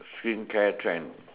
skincare trend